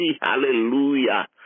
Hallelujah